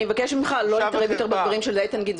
אני מבקשת ממך לא להתערב יותר בדברים של חבר הכנסת איתן גינזבורג.